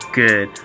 good